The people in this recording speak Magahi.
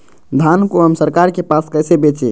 धान को हम सरकार के पास कैसे बेंचे?